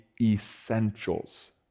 essentials